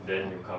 but